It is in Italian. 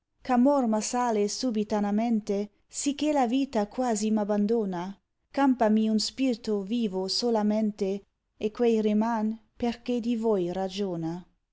amor m assale subitanamente sicché la vita quasi m abbandona campami un spirto vivo solamente e quei ri iman perchè di voi ragiona